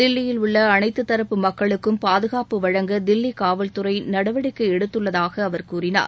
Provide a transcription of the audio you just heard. தில்லியில் உள்ள அனைத்து தரப்பு மக்களுக்கும் பாதுகாப்பு வழங்க தில்லி காவல்துறை நடவடிக்கை எடுத்துள்ளதாக அவர் கூறினார்